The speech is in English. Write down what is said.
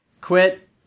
quit